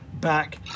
back